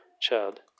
child